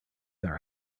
our